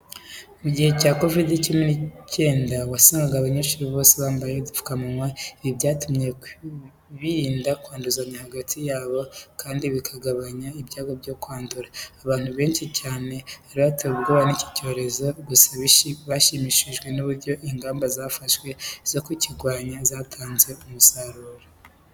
Mu gihe cya Covide 19 wasangaga abanyeshuri bose bambaye udupfukamunwa, ibi byatumaga birinda kwanduzanya hagati yabo kandi bikanagabanya ibyago byo kwandura. Abantu benshi cyane bari batewe ubwoba n'iki cyorezo gusa bashimishijwe n'uburyo ingamba zafashwe zo kukirwanya zatanze umusaruro.